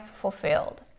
fulfilled